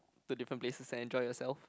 to different places and enjoy yourself